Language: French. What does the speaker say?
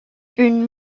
une